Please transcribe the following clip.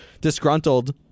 disgruntled